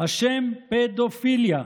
השם פדופיליה,